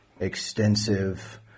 extensive